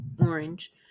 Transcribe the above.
orange